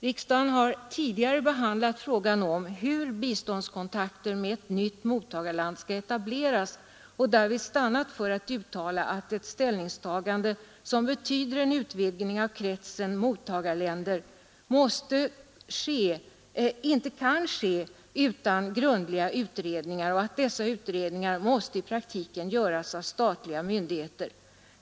Riksdagen har tidigare behandlat frågan om hur biståndskontakter med ett nytt mottagarland skall etableras och därvid stannat för att uttala att ett ställningstagande som betyder en utvidgning av kretsen av mottagarländer inte kan ske utan grundliga utredningar och att dessa utredningar i praktiken måste göras av statliga myndigheter.